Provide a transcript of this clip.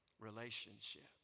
relationship